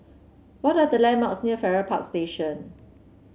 what are the landmarks near Farrer Park Station